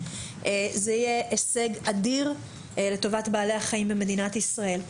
זה יהיה הישג אדיר לטובת בעלי החיים במדינת ישראל,